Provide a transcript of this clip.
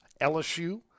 LSU